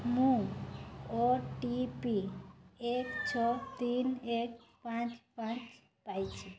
ମୁଁ O T P ଏକ ଛଅ ତିନ ଏକ ପାଞ୍ଚ ପାଞ୍ଚ ପାଇଛି